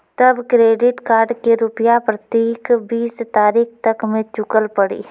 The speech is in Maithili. तब क्रेडिट कार्ड के रूपिया प्रतीक बीस तारीख तक मे चुकल पड़ी?